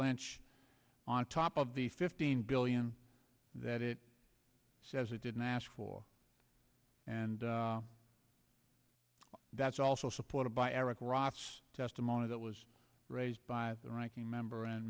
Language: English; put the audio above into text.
lynch on top of the fifteen billion that it says it didn't ask for and that's also supported by eric roberts testimony that was raised by the ranking member